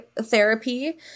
therapy